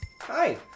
Hi